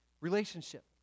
relationship